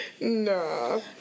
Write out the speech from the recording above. No